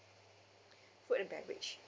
food and beverage